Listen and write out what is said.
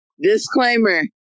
Disclaimer